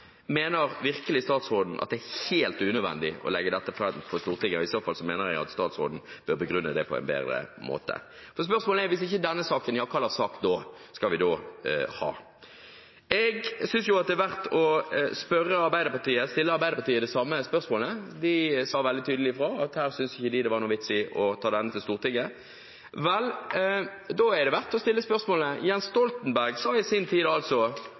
Mener virkelig statsråden at det er helt unødvendig å legge dette fram for Stortinget? I så fall mener jeg at statsråden bør begrunne det på en bedre måte. Spørsmålet er: Hvis ikke denne saken, hva slags sak skal vi da få? Jeg synes det er verdt å stille Arbeiderpartiet det samme spørsmålet. De sa veldig tydelig fra om at de ikke syntes det var noen vits i å ta denne saken til Stortinget. Vel, da er det verdt å stille spørsmålet: Jens Stoltenberg sa i sin tid altså